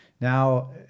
now